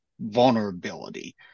vulnerability